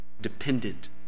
dependent